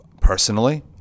personally